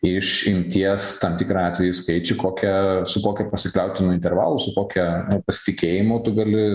iš imties tam tikrą atvejų skaičių kokią su kokia pasikliautinu intervalu su kokia pasitikėjimu tu gali